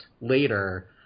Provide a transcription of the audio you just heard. later